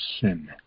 sin